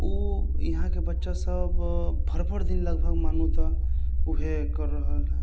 ओ यहाँके बच्चासभ भरि भरि दिन लगभग मानू तऽ उएह कर रहल हे